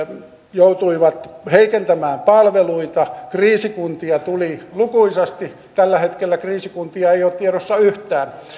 joutuivat heikentämään palveluita kriisikuntia tuli lukuisasti tällä hetkellä kriisikuntia ei ole tiedossa yhtään